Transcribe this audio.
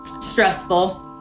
stressful